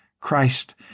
Christ